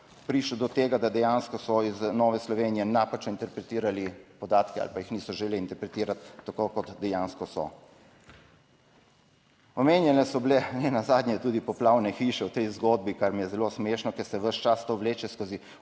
prišlo do tega, da dejansko so iz Nove Slovenije napačno interpretirali podatke ali pa jih niso želeli interpretirati tako, kot dejansko so. Omenjene so bile nenazadnje tudi poplavne hiše v tej zgodbi, kar mi je zelo smešno, ker se ves čas to vleče skozi